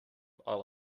will